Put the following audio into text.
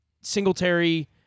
Singletary